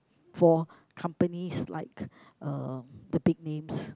for companies like uh the big names